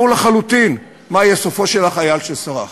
ברור לחלוטין מה יהיה סופו של החייל שסרח,